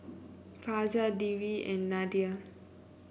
Fajar Dwi and Nadia